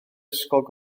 ysgol